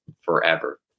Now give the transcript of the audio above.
forever